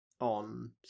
On